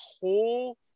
whole